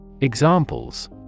Examples